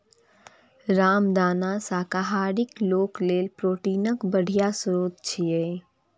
रामदाना शाकाहारी लोक लेल प्रोटीनक बढ़िया स्रोत छियै